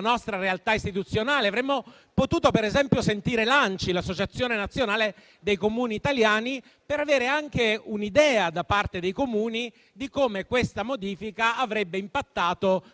nostra realtà istituzionale. Avremmo potuto per esempio sentire l'Associazione nazionale Comuni italiani (ANCI), per avere anche un'idea, da parte dei Comuni, di come la modifica avrebbe impattato